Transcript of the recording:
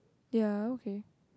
they are okay